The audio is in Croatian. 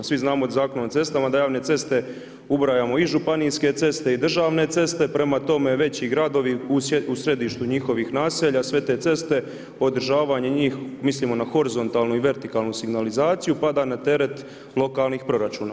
Svi znamo Zakon o cestama da javne ceste ubrajamo i županijske ceste i državne ceste, prema tome veći gradovi u središtu njihovih naselja, sve te ceste, održavanje njih, mislimo na horizontalnu i vertikalnu signalizaciju pada na teret lokalnih proračuna.